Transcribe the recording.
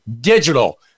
digital